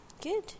Good